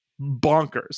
bonkers